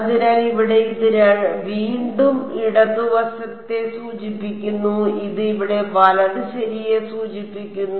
അതിനാൽ ഇവിടെ ഇത് വീണ്ടും ഇടതുവശത്തെ സൂചിപ്പിക്കുന്നു ഇത് ഇവിടെ വലത് ശരിയെ സൂചിപ്പിക്കുന്നു